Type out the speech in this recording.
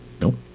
Nope